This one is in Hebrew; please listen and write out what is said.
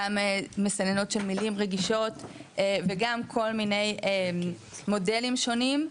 גם מסננות של מילים רגישות וגם כל מיני מודלים שונים,